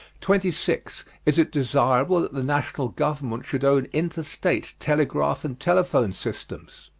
twenty six. is it desirable that the national government should own interstate telegraph and telephone systems?